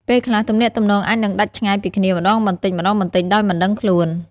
ពេលខ្លះ ទំនាក់ទំនងអាចនឹងដាច់ឆ្ងាយពីគ្នាម្ដងបន្តិចៗដោយមិនដឹងខ្លួន។